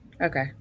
Okay